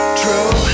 true